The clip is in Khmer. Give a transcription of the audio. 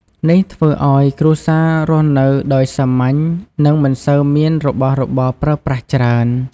នេះធ្វើឲ្យគ្រួសាររស់នៅដោយសាមញ្ញ និងមិនសូវមានរបស់របរប្រើប្រាស់ច្រើន។